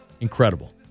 Incredible